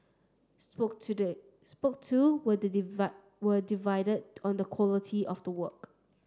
spoke to day spoke to were were divided on the quality of the work